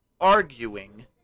arguing